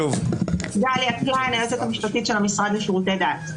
גליה קליין, היועצת המשפטית של המשרד לשירותי דת.